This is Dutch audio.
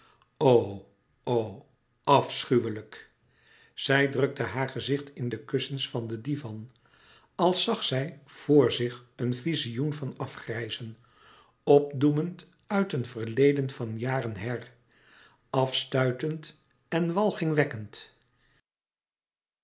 afschuwelijk zij drukte haar gezicht in de kussens van den divan als zag zij vr zich een vizioen van afgrijzen opdoemend uit een verleden van jaren her afstuitend en walging